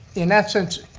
in essence,